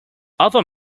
other